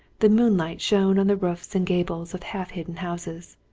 the moonlight shone on the roofs and gables of half-hidden houses.